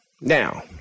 Now